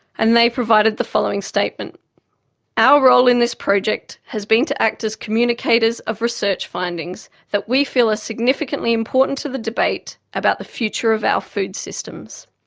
and they provided the following statement our role in this project has been to act as communicators of research findings that we feel are ah significantly important to the debate about the future of our food systems.